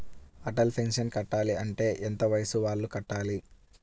Atal pension కట్టాలి అంటే ఎంత వయసు వాళ్ళు కట్టాలి?